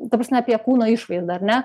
ta prasme apie kūno išvaizdą ar ne